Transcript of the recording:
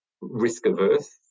risk-averse